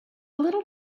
little